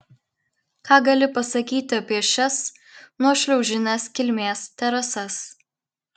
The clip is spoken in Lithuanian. ką gali pasakyti apie šias nuošliaužinės kilmės terasas